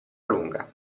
lunga